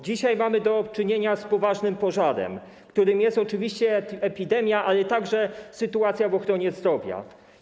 Dzisiaj mamy do czynienia z poważnym pożarem, którym jest oczywiście epidemia, ale także sytuacja w ochronie zdrowia.